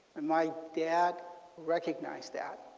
and my dad recognized that.